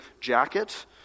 jacket